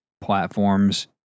platforms